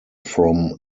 from